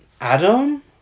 Adam